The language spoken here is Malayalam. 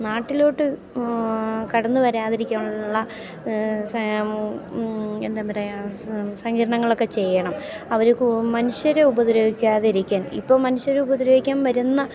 നാട്ടിലോട്ട് കടന്നു വരാതിരിക്കാനുള്ള എന്താ പറയുക സങ്കീർണ്ണങ്ങളൊക്കെ ചെയ്യണം അവർ മനുഷ്യരെ ഉപദ്രവിക്കാതിരിക്കാൻ ഇപ്പോൾ മനുഷ്യരെ ഉപദ്രവിക്കാൻ വരുന്ന